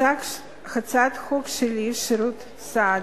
הצעת החוק שלי, שירותי הסעד,